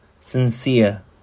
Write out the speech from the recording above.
sincere